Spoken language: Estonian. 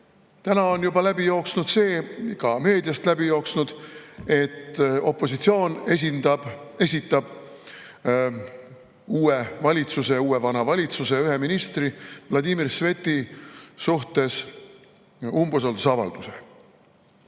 Täna on juba läbi jooksnud see, ka meediast on läbi jooksnud, et opositsioon esitab uue vana valitsuse ühele ministrile, Vladimir Svetile umbusaldusavalduse.